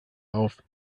auf